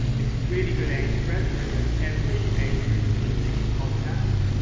it's a really good age spread pretty much every age group is listening to podcasts.